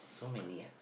so many ah